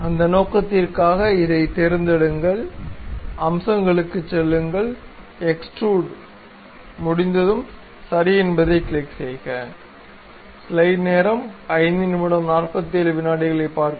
அந்த நோக்கத்திற்காக இதைத் தேர்ந்தெடுங்கள் அம்சங்களுக்குச் செல்லுங்கள் எக்ஸ்டுரூட் முடிந்ததும் சரி என்பதைக் கிளிக் செய்க